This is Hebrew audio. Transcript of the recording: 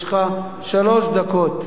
יש לך שלוש דקות.